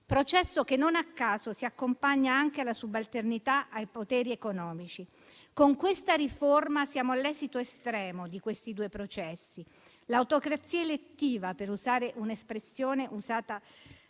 processo che, non a caso, si accompagna anche alla subalternità ai poteri economici. Con questa riforma siamo all'esito estremo dei due processi: l'autocrazia elettiva, per usare un'espressione usata